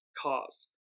cause